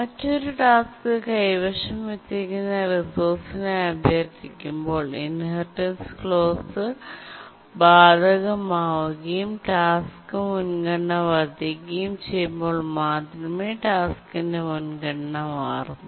മറ്റൊരു ടാസ്ക് കൈവശം വച്ചിരിക്കുന്ന റിസോഴ്സിനായി അഭ്യർത്ഥിക്കുമ്പോൾ ഇൻഹെറിറ്റൻസ് ക്ലോസ് ബാധകമാവുകയും ടാസ്ക് മുൻഗണന വർദ്ധിക്കുകയും ചെയ്യുമ്പോൾ മാത്രമേ ടാസ്ക്കിന്റെ മുൻഗണന മാറുന്നു